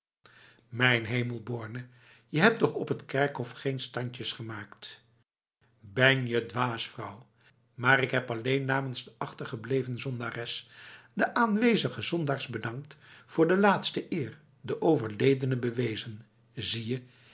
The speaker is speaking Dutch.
mijn hemel borne je hebt toch op het kerkhof geen standjes gemaakt ben je dwaas vrouw maar ik heb alleen namens de achtergebleven zondares de aanwezige zondaars bedankt voor de laatste eer de overledene bewezen zie je